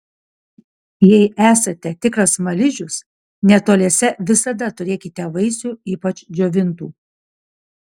jei esate tikras smaližius netoliese visada turėkite vaisių ypač džiovintų